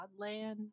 Godland